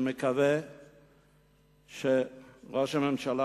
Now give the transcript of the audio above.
אני מקווה שראש הממשלה,